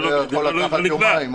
זה יכול לקחת יומיים.